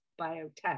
biotech